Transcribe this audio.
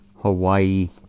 Hawaii